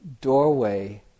doorway